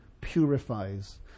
purifies